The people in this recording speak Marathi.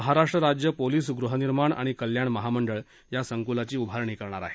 महाराष्ट्र राज्य पोलीस गृहनिर्माण आणि कल्याण महामंडळ या संकुलाची उभारणी करणार आहे